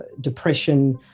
depression